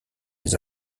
les